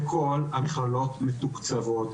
בכל המכללות המתוקצבות,